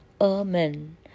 Amen